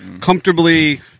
comfortably